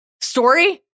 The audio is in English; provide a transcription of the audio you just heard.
story